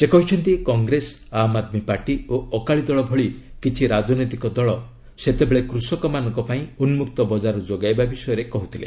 ସେ କହିଛନ୍ତି କଂଗ୍ରେସ ଆମ୍ ଆଦମୀ ପାର୍ଟି ଓ ଅକାଳୀ ଦଳ ଭଳି କିଛି ରାଜନୈତିକ ଦଳ ସେତେବେଳ କୃଷକମାନଙ୍କ ପାଇଁ ଉନ୍କକ୍ତ ବଜାର ଯୋଗାଇବା ବିଷୟରେ କହୁଥିଲେ